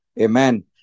Amen